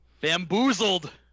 Bamboozled